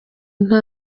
nta